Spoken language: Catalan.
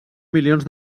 milions